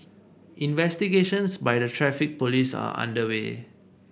investigations by the Traffic Police are underway